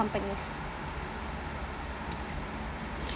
companies